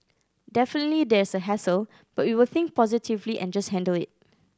definitely there's a hassle but we will think positively and just handle it